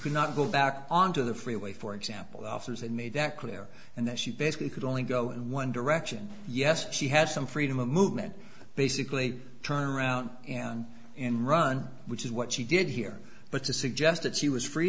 could not go back onto the freeway for example the officers that made that clear and that she basically could only go in one direction yes she had some freedom of movement basically turn around and and run which is what she did here but to suggest that she was free